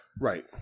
Right